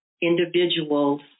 individuals